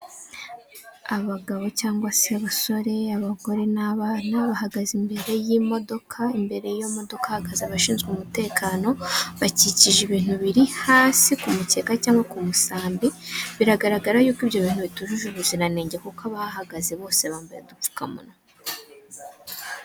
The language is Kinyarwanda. Abagabo cyangwa se abasore, abagore n'abana, bahagaze imbere y'imodoka, imbere y'iyo modoka hahaga abashinzwe umutekano bakikije ibintu biri hasi kumukeka cyangwa ku musambi, biragaragara y'uko ibyo bintu bitujuje ubuziranenge kuko abahahagaze bose bambaye udupfukamunwa.